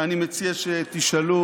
אני מציע שתשאלו